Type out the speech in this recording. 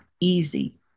easy